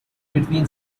between